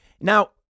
Now